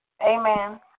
Amen